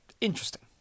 interesting